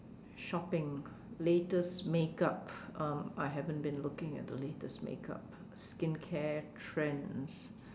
shopping latest makeup um I haven't been looking at the latest makeup skin care trends